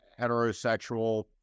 heterosexual